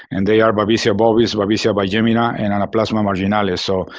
and they are babesia bovis, babesia bigemina, and anaplasma marginalis. so,